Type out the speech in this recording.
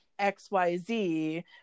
xyz